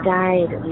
died